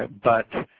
but but